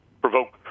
provoke